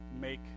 make